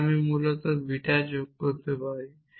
তবে আমি মূলত বিটা যোগ করতে পারি